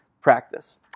practice